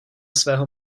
svého